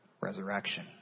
Resurrection